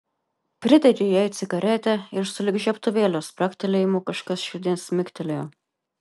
pridegė jai cigaretę ir sulig žiebtuvėlio spragtelėjimu kažkas širdin smigtelėjo